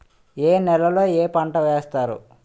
ఏ నేలలో ఏ పంట వేస్తారు?